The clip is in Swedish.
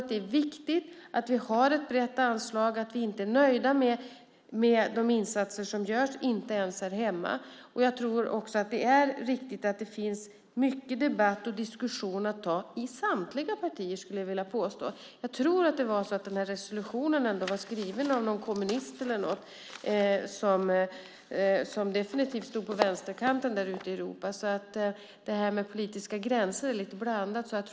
Det är viktigt att vi har ett brett anslag och inte är nöjda med de insatser som görs och inte ens de som görs här hemma. Det är viktigt att det finns mycket debatt och diskussion att ta i samtliga partier, skulle jag vilja påstå. Jag tror att det var så att resolutionen var skriven av en kommunist eller någon som definitivt stod på vänsterkanten i Europa. Det här med politiska gränser är lite blandat.